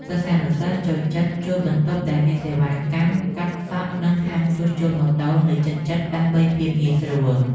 សិស្សានុសិស្សចូលចិត្តជួលបន្ទប់ដែលមានសេវាកម្មកាត់សក់ និងហាងជួសជុលម៉ូតូនៅជិតៗដើម្បីភាពងាយស្រួល។